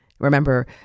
Remember